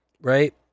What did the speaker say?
Right